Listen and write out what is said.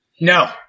No